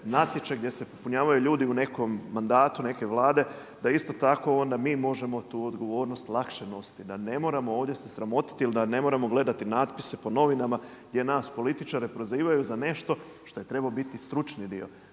natječaj, gdje se popunjavaju ljudi u nekom mandatu neke Vlade da isto tako onda mi možemo tu odgovornost lakše nositi da ne moramo ovdje se sramotiti ili da ne moramo gledati natpise po novinama gdje nas političare prozivaju za nešto što je trebao biti stručni dio.